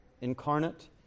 incarnate